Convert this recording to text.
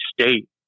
state